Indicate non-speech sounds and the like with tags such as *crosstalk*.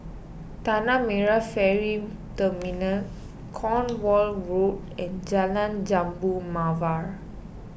Tanah Merah Ferry Terminal Cornwall *noise* Road and Jalan Jambu Mawar